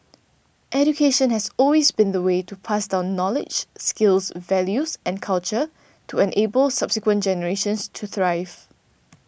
education has always been the way to pass down knowledge skills values and culture to enable subsequent generations to thrive